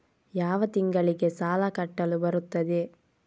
ಯಾವ ತಿಂಗಳಿಗೆ ಸಾಲ ಕಟ್ಟಲು ಬರುತ್ತದೆ?